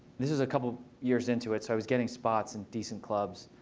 this was a couple of years into it. so i was getting spots in decent clubs.